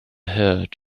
heard